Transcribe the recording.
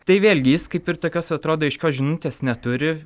tai vėlgi jis kaip ir tokios atrodo aiškios žinutės neturi